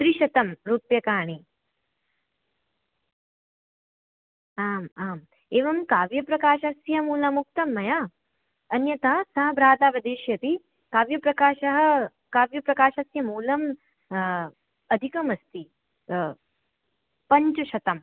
त्रिशतरूप्यकाणी आम् आम् एवं काव्यप्रकाशस्य मूल्यमुक्तं मया अन्यथा सा भ्राता वदिष्यति काव्यप्रकाशः काव्यप्रकाशस्य मूल्यम् अधिकमास्ति पञ्चशतं